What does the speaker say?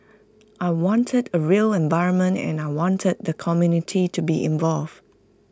I wanted A real environment and I wanted the community to be involved